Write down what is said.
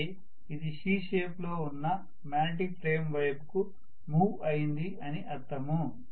అంటే ఇది C shape లో ఉన్న మాగ్నెట్ ఫ్రేమ్ వైపుకు మూవ్ అయింది అని అర్థము